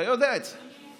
אתה יודע את זה.